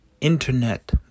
internet